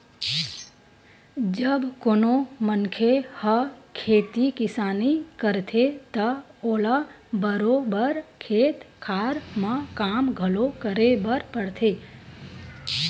जब कोनो मनखे ह खेती किसानी करथे त ओला बरोबर खेत खार म काम घलो करे बर परथे